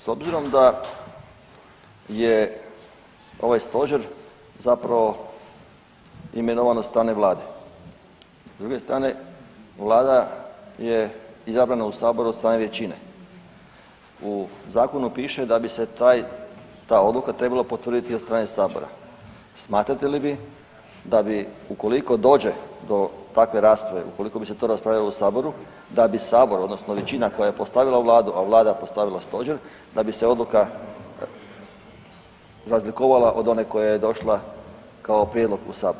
S obzirom da je ovaj stožer zapravo imenovan od strane Vlade, s druge strane Vlada je izabrana u saboru od strane većine, u zakonu piše da bi se taj ta odluka trebala potvrditi od strane sabora, smatrate li da bi ukoliko dođe do takve rasprave, ukoliko bi se to raspravljalo u saboru da bi sabor odnosno većina koja je postavila Vladu, a Vlada postavila stožer da bi se odluka razlikovala od one koja je došla kao prijedlog u sabor?